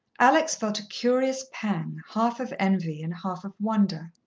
alex felt a curious pang, half of envy and half of wonder.